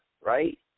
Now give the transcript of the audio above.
right